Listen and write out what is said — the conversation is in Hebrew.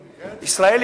בישראל,